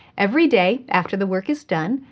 every day after the work is done,